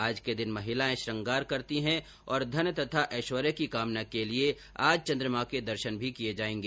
आज के दिन महिलाएं श्रंगार करती है और धन तथा एश्वर्य की कामना के लिए आज चन्द्रमा के भी दर्शन करेंगी